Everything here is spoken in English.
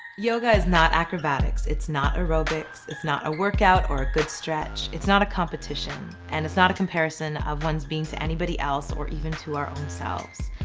yoga is not acrobatics, it's not aerobics, its not a work-out or a good stretch and it's not a competition and it's not a comparison of ones being to anybody else or even to our own selves.